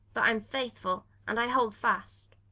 but i'm faithful, and i hold fast.